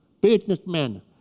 businessmen